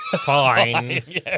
fine